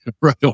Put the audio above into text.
right